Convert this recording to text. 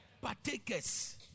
Partakers